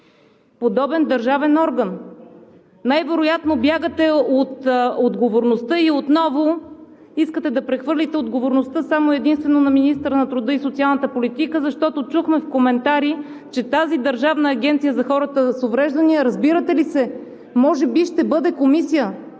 подобен държавен орган. Най-вероятно бягате от отговорността и отново искате да прехвърлите отговорността само и единствено на министъра на труда и социалната политика, защото чухме в коментари, че тази държавна агенция за хората с увреждания, разбирате ли, може би ще бъде комисия,